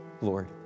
Lord